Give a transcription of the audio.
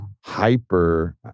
hyper